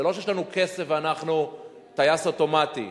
זה לא שיש לנו כסף ואנחנו "טייס אוטומטי".